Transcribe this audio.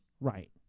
right